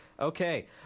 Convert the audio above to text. Okay